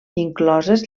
incloses